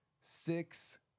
six